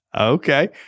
Okay